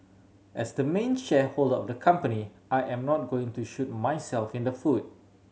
as the main shareholder of the company I am not going to shoot myself in the foot